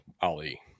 Ali